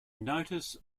notice